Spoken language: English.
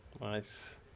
Nice